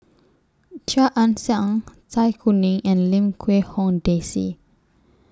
Chia Ann Siang Zai Kuning and Lim Quee Hong Daisy